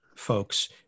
folks